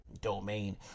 domain